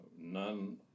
none